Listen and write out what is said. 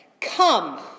come